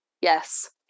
Yes